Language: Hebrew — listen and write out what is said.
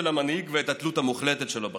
של המנהיג ואת התלות המוחלטת שלו בכם.